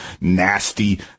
Nasty